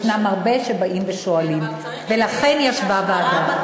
יש הרבה שבאים ושואלים, ולכן ישבה ועדה.